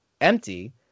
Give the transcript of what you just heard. empty